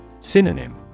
Synonym